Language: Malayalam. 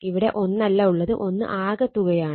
ഇവിടെ 1 അല്ല ഉള്ളത് 1 ആകെത്തുകയാണ്